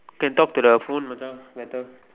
can talk to the phone Macha better